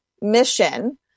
mission